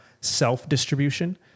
self-distribution